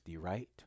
right